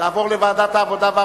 ותעבור לוועדת העבודה,